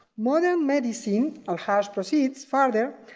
modern medicine, al-haj proceeds further,